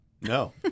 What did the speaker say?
No